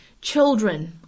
children